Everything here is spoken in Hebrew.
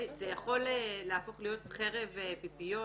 זה יכול להפוך להיות חרב פיפיות,